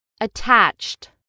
Attached